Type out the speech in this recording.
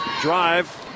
Drive